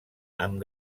amb